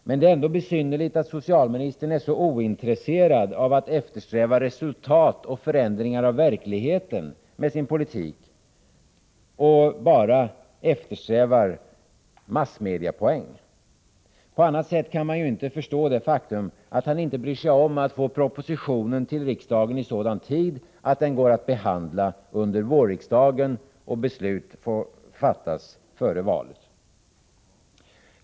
Men det är ändå besynnerligt att socialministern är så ointresserad av att eftersträva resultat och förändringar av verkligheten med sin politik och att han bara intresserar sig för massmediepoäng. På annat sätt kan man inte förstå det faktum att han inte bryr sig om att få propositionen till riksdagen i sådan tid att den går att behandla under vårriksdagen så att beslut fattas före valet.